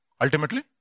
Ultimately